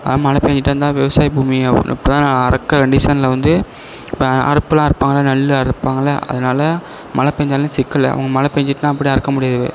அதுதான் மழை பெஞ்சுட்டே இருந்தால் விவசாய பூமி இப்போ தான் நான் அறுக்கற கண்டிஷனில் வந்து இப்போ அறுப்பெலாம் அறுப்பாங்கள்லை நெல் அறுப்பாங்கள்லை அதனால மழை பெஞ்சாலும் சிக்கல் அவங்கள் மழை பெஞ்சுட்டுனால் அப்படியே அறுக்க முடியாது